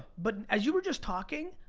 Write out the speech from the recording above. but as you were just talking,